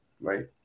Right